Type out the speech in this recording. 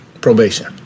Probation